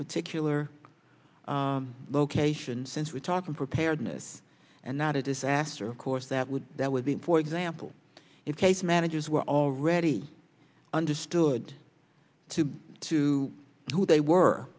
particular location since we're talking preparedness and not a disaster of course that would that would be for example if case managers were already understood to be to who they were